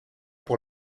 pour